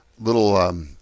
little